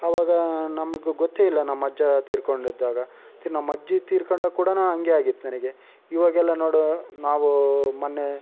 ಆವಾಗ ನಮಗೆ ಗೊತ್ತೇ ಇಲ್ಲ ನಮ್ಮಜ್ಜ ತೀರಿಕೊಂಡಿದ್ದಾಗ ಮತ್ತು ನಮ್ಮಜ್ಜಿ ತೀರಿಕೊಂಡಾಗ ಕೂಡ ಹಂಗೆ ಆಗಿತ್ತು ನನಗೆ ಇವಾಗೆಲ್ಲ ನೋಡು ನಾವು ಮೊನ್ನೆ